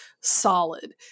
solid